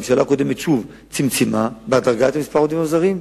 הממשלה הקודמת צמצמה בהדרגה את מספר העובדים הזרים,